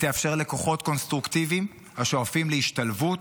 היא תאפשר לכוחות קונסטרוקטיביים השואפים להשתלבות,